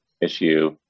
issue